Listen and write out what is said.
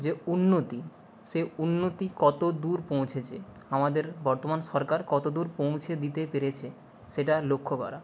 যে উন্নতি সে উন্নতি কত দূর পৌঁছেছে আমাদের বর্তমান সরকার কত দূর পৌঁছে দিতে পেরেছে সেটা লক্ষ্য করা